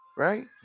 Right